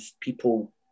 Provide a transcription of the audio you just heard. people